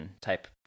type